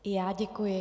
I já děkuji.